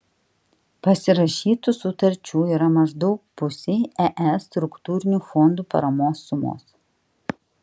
pasirašytų sutarčių yra maždaug pusei es struktūrinių fondų paramos sumos